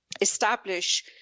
establish